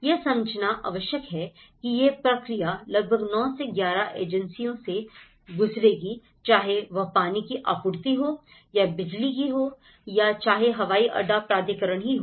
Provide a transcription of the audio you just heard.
यह समझना आवश्यक है कि यह प्रक्रिया लगभग 9 से 11 एजेंसियों से गुजरेगी चाहे वह पानी की आपूर्ति हो या बिजली की हो या चाहे हवाई अड्डा प्राधिकरण की हो